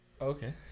okay